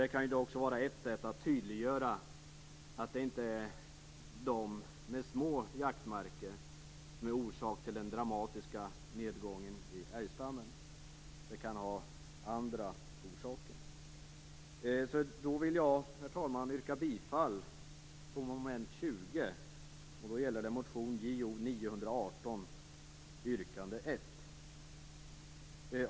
Det kan vara ett sätt att tydliggöra att det inte är de med små jaktmarker som orsakat den dramatiska nedgången i älgstammen. Det kan ha andra orsaker. Jag yrkar, herr talman, bifall under mom. 20 till motion JoU918 yrkande 1.